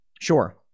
sure